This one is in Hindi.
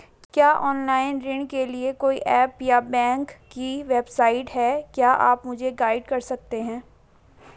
क्या ऑनलाइन ऋण के लिए कोई ऐप या बैंक की वेबसाइट है क्या आप मुझे गाइड कर सकते हैं?